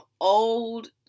old